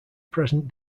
present